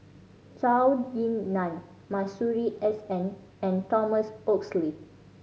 Zhou Ying Nan Masuri S N and Thomas Oxley